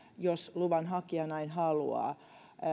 jos luvanhakija näin haluaa